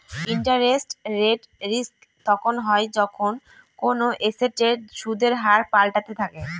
interest rate risk তখন হয় যখন কোনো এসেটের সুদের হার পাল্টাতে থাকে